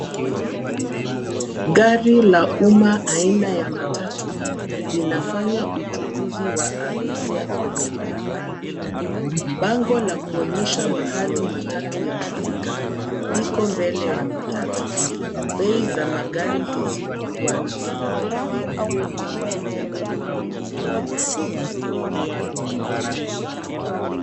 Gari la umma aina ya matatu linafanya uchukuzi wa abiria kwenye barabara. Bango la kuonyesha mahali matatu yanafika, liko mbele ya matatu. Bei za magari hizi huwa nafuu.